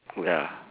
ya